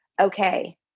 okay